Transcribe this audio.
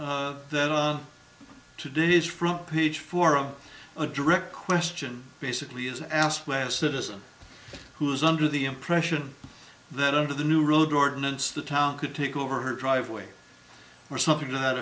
that on today's front page forum a direct question basically is asked why a citizen who is under the impression that under the new road ordinance the town could take over her driveway or something to that